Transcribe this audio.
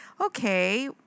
okay